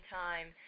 time